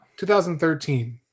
2013